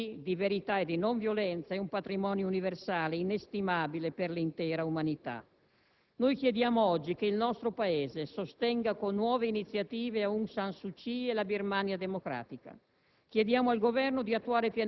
La via di Aung San Suu Kyi, di verità e di non violenza, è un patrimonio universale, inestimabile per l'intera umanità. Chiediamo oggi che il nostro Paese sostenga con nuove iniziative Aung San Suu Kyi e la Birmania democratica: